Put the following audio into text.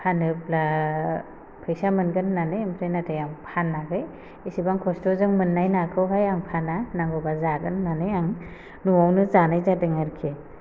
फानोब्ला फैसा मोनगोन होन्नानै ओमफाय नाथाय आं फानाखै बेसेबां खस्थ'जों मोन्नाय नाखौहाय आं फाना नांगौबा जागोन होन्नानै आं न'वावनो जानाय जादों आरखि